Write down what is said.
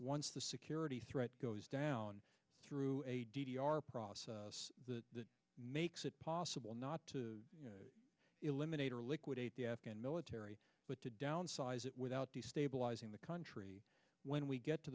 once the security threat goes down through a d d r process that makes it possible not to eliminate or liquidate the afghan military but to downsize it without destabilizing the country when we get to